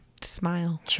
smile